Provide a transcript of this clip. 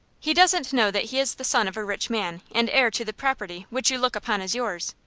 he doesn't know that he is the son of a rich man, and heir to the property which you look upon as yours.